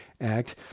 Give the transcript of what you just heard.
Act